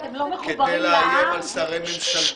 כדי לאיים על שרי ממשלתו.